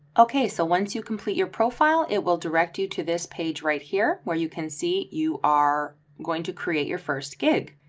okay, so once you complete your profile, it will direct you to this page right here where you can see you are going to create your first gig,